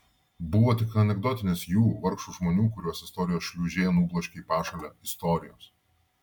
buvo tik anekdotinės jų vargšų žmonių kuriuos istorijos šliūžė nubloškė į pašalę istorijos